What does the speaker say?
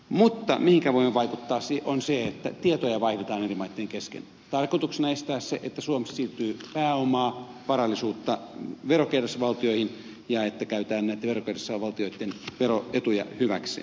mutta mihinkä voimme vaikuttaa on se että tietoja vaihdetaan eri maitten kesken tarkoituksena estää se että suomesta siirtyy pääomaa varallisuutta veronkierrätysvaltioihin ja että käytetään näitten veronkierrätysvaltioitten veroetuja hyväksi